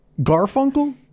Garfunkel